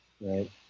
right